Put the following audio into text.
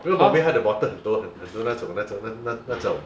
因为 Bombay 他的 bottle 很多很恨多那种那种那种